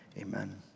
amen